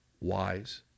wise